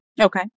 Okay